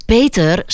Peter